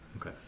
okay